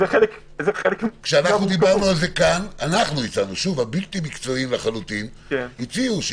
הבלתי מקצועיים הציעו,